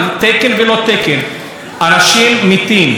יש הרבה פעולות שהממשלה צריכה לעשות.